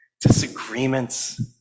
disagreements